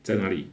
在哪里